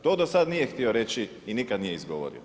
To do sada nije htio reći i nikada nije izgovorio.